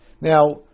Now